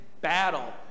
battle